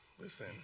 listen